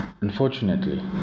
unfortunately